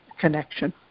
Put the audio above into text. connection